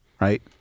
right